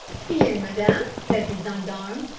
bien, madame, said the gendarme.